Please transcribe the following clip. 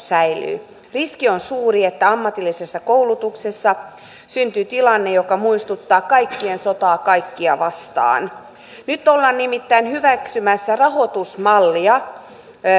säilyy riski on suuri että ammatillisessa koulutuksessa syntyy tilanne joka muistuttaa kaikkien sotaa kaikkia vastaan nyt ollaan nimittäin hyväksymässä rahoitusmalli